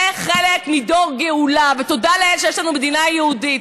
זה חלק מדור גאולה ותודה לאל שיש לנו מדינה יהודית.